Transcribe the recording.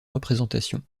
représentation